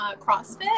CrossFit